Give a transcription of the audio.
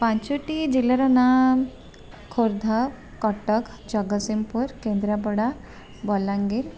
ପାଞ୍ଚଟି ଜିଲ୍ଲାର ନାମ ଖୋର୍ଦ୍ଧା କଟକ ଜଗସିଂହପୁର କେନ୍ଦ୍ରାପଡ଼ା ବଲାଙ୍ଗୀର